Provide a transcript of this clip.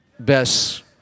best